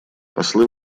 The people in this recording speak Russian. послы